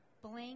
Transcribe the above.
Blank